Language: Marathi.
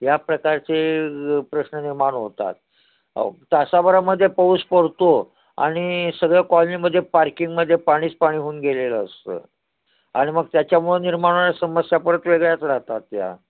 ह्या प्रकारचे प्रश्न निर्माण होतात तासाभरामध्ये पाऊस पडतो आणि सगळ्या कॉलनीमध्ये पार्किंगमध्ये पाणीच पाणी होऊन गेलेलं असतं आणि मग त्याच्यामुळं निर्माण समस्या परत वेगळ्याच राहतात या